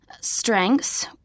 Strengths